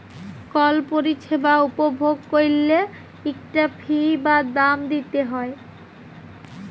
call পরিছেবা উপভগ ক্যইরলে ইকটা ফি বা দাম দিইতে হ্যয়